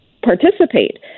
participate